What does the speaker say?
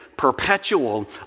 perpetual